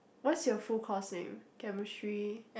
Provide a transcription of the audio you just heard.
what's your full course name chemistry